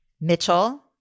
Mitchell